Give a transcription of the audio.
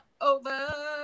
over